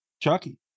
Chucky